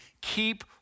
Keep